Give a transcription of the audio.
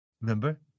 Remember